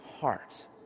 heart